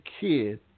kid